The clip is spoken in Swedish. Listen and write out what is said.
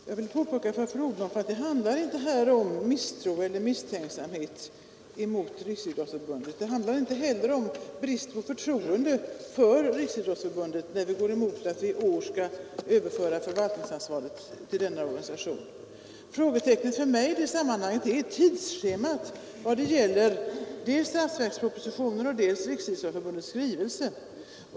Herr talman! Jag vill påpeka för fru Odhnoff att det här inte handlar om något misstroende eller någon misstänksamhet mot Riksidrottsförbundet. Det handlar inte heller om brist på förtroende för Riksidrottsförbundet när vi går emot förslaget att i år överföra förvaltningsansvaret till denna organisation. Frågetecknet för mig i sammanhanget är tidsschemat när det gäller statsverkspropositionen och Riksidrottsförbundets skrivelse.